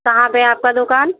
कहाँ पर है आपकी दुकान